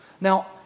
Now